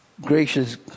gracious